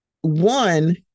one